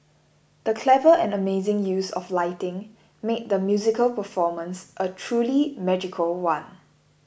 the clever and amazing use of lighting made the musical performance a truly magical one